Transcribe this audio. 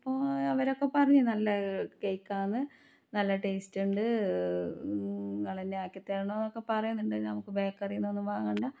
അപ്പോൾ അവരൊക്കെ പറഞ്ഞ് നല്ല കേക്ക കേക്കാന്ന് നല്ല ടേസ്റ്റുണ്ട് ഇങ്ങളന്നെ ആക്കിത്തരണമെന്നൊക്കെ പറയുന്നുണ്ട് നമുക്ക് ബേക്കറീന്നൊന്നും വാങ്ങണ്ട